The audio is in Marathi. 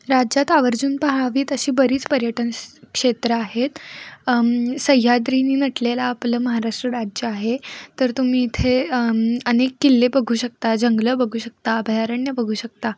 राज्यात आवर्जून पहावीत अशी बरीच पर्यटन क्षेत्र आहेत सह्याद्रीने नटलेलं आपलं महाराष्ट्र राज्य आहे तर तुम्ही इथे अनेक किल्ले बघू शकता जंगलं बघू शकता अभयारण्य बघू शकता